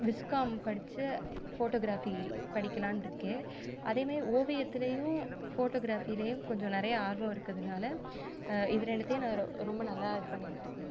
viscom படிச்சு photography படிக்கலான்ட்டுருக்கேன் அதே மாரி ஓவியத்துலையும் ஃபோட்டோகிராஃபிலையும் கொஞ்சம் நிறையா ஆர்வம் இருக்கிறதுனால இது ரெண்டுத்தையும் நான் ரொ ரொம்ப நல்லா இது பண்ணியிருக்கேன்